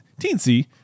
teensy